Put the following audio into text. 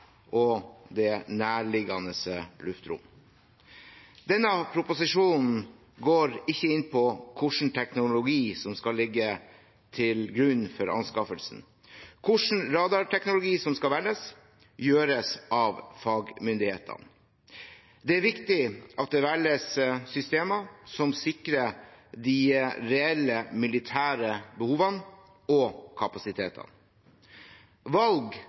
i det nærliggende luftrom. Denne proposisjonen går ikke inn på hva slags teknologi som skal ligge til grunn for anskaffelsen. Hvilken radarteknologi som skal velges, avgjøres av fagmyndighetene. Det er viktig at det velges systemer som sikrer de reelle militære behovene og kapasitetene. Valg